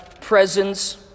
presence